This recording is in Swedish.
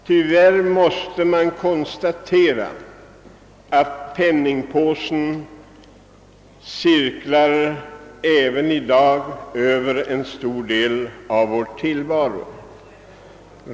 Tyvärr måste man konstatera att penningpåsen även i dag styr en stor del av vår tillvaro.